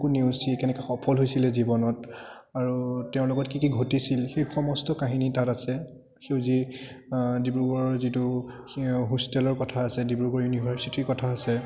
কো নেওচি কেনেকৈ সফল হৈছিলে জীৱনত আৰু তেওঁৰ লগত কি কি ঘটিছিল সেই সমস্ত কাহিনী তাত আছে সেই যি ডিব্ৰুগড়ৰ যিটো হোষ্টেলৰ কথা আছে ডিব্ৰুগড় ইউনিভাৰ্চিটিৰ কথা আছে